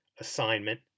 assignment